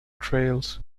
trails